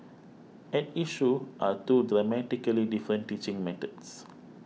at issue are two dramatically different teaching methods